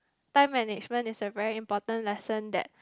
time management is a very important lesson that